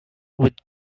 with